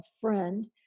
friend